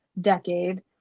decade